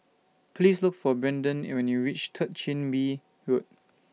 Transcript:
Please Look For Brandyn when YOU REACH Third Chin Bee Road